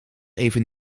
even